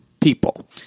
people